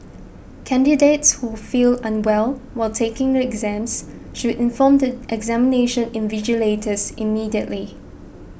candidates who feel unwell while taking the exams should inform the examination invigilators immediately